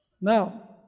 Now